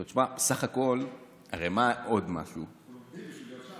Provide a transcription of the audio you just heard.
אמרתי לו, תשמע, אבל לומדים בשביל להיות שם.